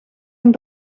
een